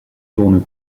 tourne